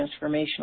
transformational